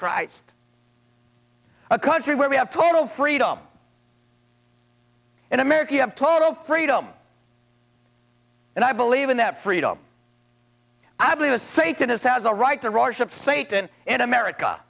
christ a country where we have total freedom in america you have total freedom and i believe in that freedom i believe a satanist has a right to roars of satan in america